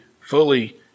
fully